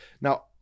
Now